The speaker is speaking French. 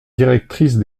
directrice